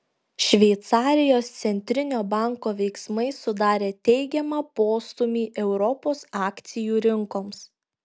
šveicarijos centrinio banko veiksmai sudarė teigiamą postūmį europos akcijų rinkoms